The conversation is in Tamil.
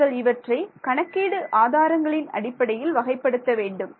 நீங்கள் இவற்றை கணக்கீடு ஆதாரங்களின் அடிப்படையில் வகைப்படுத்த வேண்டும்